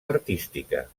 artística